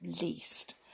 least